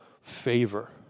favor